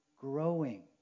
growing